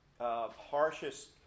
Harshest